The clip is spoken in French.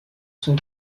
son